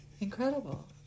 incredible